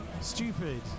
stupid